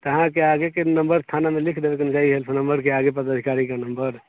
तऽ अहाँके आगेके नम्बर थानामे लिख देबेके ने चाही नम्बरके आगे पदाधिकारीके नम्बर